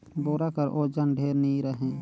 बोरा कर ओजन ढेर नी रहें